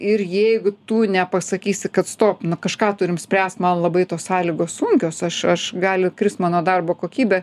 ir jeigu tu nepasakysi kad stop na kažką turim spręst man labai tos sąlygos sunkios aš aš gali krist mano darbo kokybė